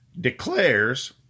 declares